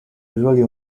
usually